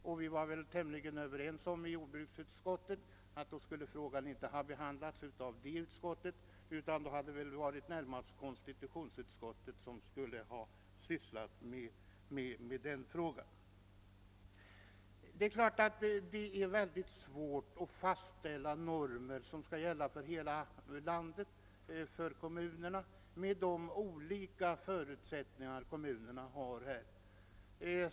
Vi var i jordbruksutskottet tämligen överens om att frågan i så fall inte borde ha behandlats av detta utskott utan i stället av konstitutionsutskottet. Det är vidare svårt att fastställa normer som skall gälla för kommunerna i hela landet med de olika förutsättningar som föreligger för kommunerna.